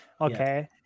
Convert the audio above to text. okay